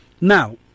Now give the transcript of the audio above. Now